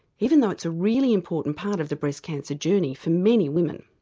even though it's a really important part of the breast cancer journey for many women.